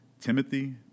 Timothy